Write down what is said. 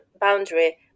boundary